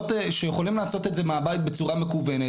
שיכולים לעשות את זה מהבית בצורה מקוונת